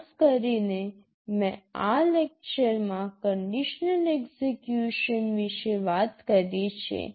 ખાસ કરીને મેં આ લેક્ચરમાં કન્ડિશનલ એક્સેકયુશન વિશે વાત કરી છે